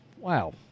Wow